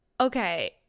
okay